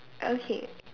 okay